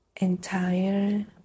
entire